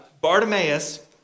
Bartimaeus